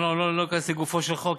אני לא אכנס לגופו של החוק,